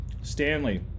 Stanley